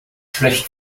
schlecht